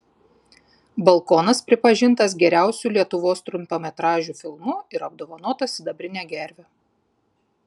balkonas pripažintas geriausiu lietuvos trumpametražiu filmu ir apdovanotas sidabrine gerve